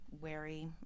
wary